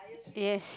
yes